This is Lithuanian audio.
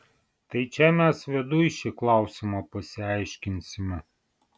tai čia mes viduj šį klausimą pasiaiškinsime